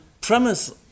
premise